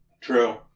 True